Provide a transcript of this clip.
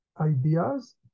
ideas